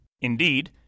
Indeed